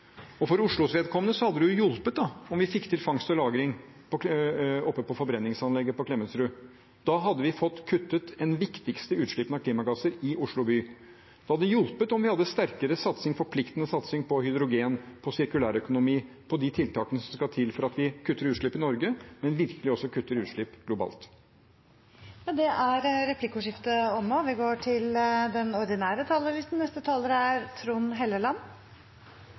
For Oslos vedkommende hadde det jo hjulpet om vi fikk til fangst og lagring oppe på forbrenningsanlegget på Klemetsrud. Da hadde vi fått kuttet de viktigste utslippene av klimagasser i Oslo by. Det hadde hjulpet om vi hadde en sterkere og forpliktende satsing på hydrogen, sirkulærøkonomi og de andre tiltakene som skal til for at vi kutter utslipp i Norge, men virkelig også kutter utslipp globalt. Replikkordskiftet er omme. De siste tjue årene har Norge opplevd stor velstandsvekst. Denne veksten har kommet oss alle til